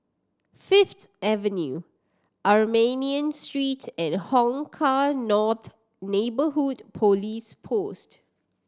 Fifth Avenue Armenian Street and Hong Kah North Neighbourhood Police Post